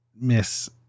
miss